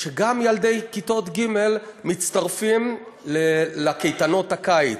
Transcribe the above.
גם ילדי כיתות ג' מצטרפים לקייטנות הקיץ,